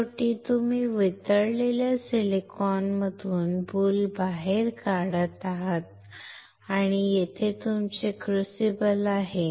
शेवटी तुम्ही वितळलेल्या सिलिकॉनमधून बुल बाहेर काढत आहात आणि येथे तुमचे क्रूसिबल आहे